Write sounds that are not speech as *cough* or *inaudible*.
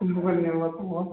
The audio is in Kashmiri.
*unintelligible*